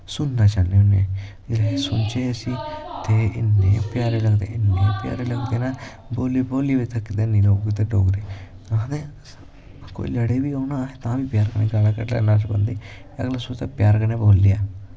सुनना चाह्ने होने जिसलै सुनचै इसी ते इन्ने प्यारे लगदे इन्ने प्यारे लगदे नै बोल्ली बोल्ली बी थकदे नी लोग डोगरी आखदे कोई लड़े बी होग ना अस तां बी प्यार सकन्नै गल्ल करन लगी पौंदे अगला सोचदा प्यार कन्नै बोल लेआ